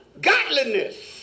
Godliness